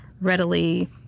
readily